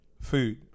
food